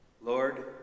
Lord